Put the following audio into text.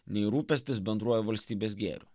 nei rūpestis bendruoju valstybės gėriu